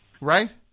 right